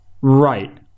Right